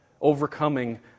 Overcoming